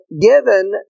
given